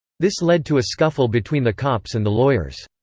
this led to a scuffle between the cops and the lawyers.